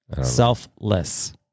Selfless